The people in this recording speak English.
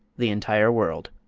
the entire world.